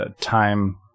time